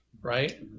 right